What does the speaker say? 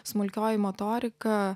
smulkioji motorika